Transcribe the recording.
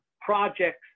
projects